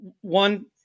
one